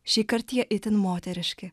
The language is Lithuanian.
šįkart jie itin moteriški